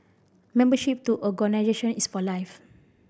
membership to organisation is for life